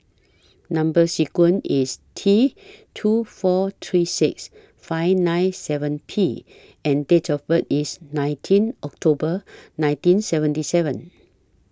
Number sequence IS T two four three six five nine seven P and Date of birth IS nineteen October nineteen seventy seven